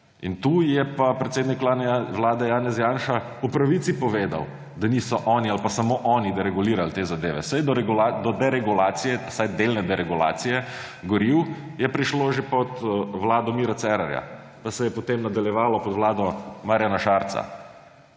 In tu je pa predsednik Vlade Janez Janša po pravici povedal, da niso oni ali pa samo oni deregulirali te zadeve. Saj do deregulacije, vsaj delne deregulacije goriv, je prišlo že pod vlado Mira Cerarja pa se je potem nadaljevalo pod vlado Marjana Šarca.